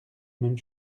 même